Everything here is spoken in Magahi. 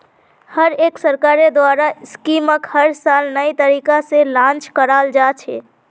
हर एक सरकारेर द्वारा स्कीमक हर साल नये तरीका से लान्च कराल जा छे